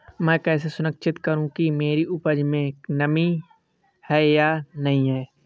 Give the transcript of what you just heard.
मैं कैसे सुनिश्चित करूँ कि मेरी उपज में नमी है या नहीं है?